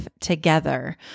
together